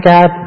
God